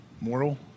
Moral